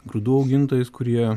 grūdų augintojais kurie